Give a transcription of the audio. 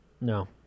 No